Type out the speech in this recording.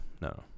no